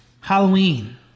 Halloween